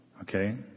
Okay